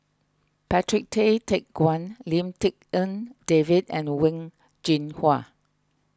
Patrick Tay Teck Guan Lim Tik En David and Wen Jinhua